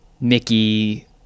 Mickey